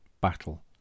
battle